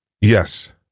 Yes